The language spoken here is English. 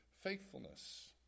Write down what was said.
faithfulness